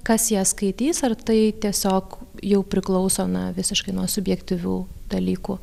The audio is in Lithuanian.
kas ją skaitys ar tai tiesiog jau priklauso na visiškai nuo subjektyvių dalykų